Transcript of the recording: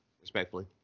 respectfully